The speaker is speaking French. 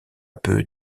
peu